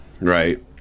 right